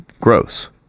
gross